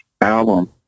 album